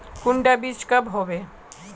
कुंडा बीज कब होबे?